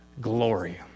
glory